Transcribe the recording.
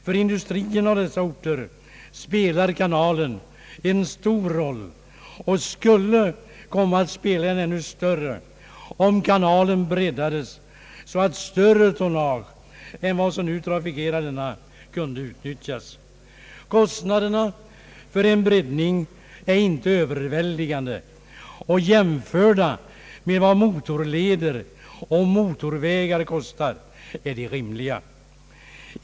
För industrierna å dessa orter spelar kanalen en stor roll och skulle komma att spela en ännu större, om kanalen breddades så att större tonnage än vad som nu trafikerar den kunde utnyttjas. Kostnaderna för en breddning är inte överväldigande, och jämförda med vad motorvägar och motorleder kostar är de rimliga.